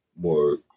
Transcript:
more